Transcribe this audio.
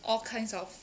all kinds of